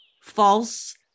false